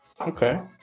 Okay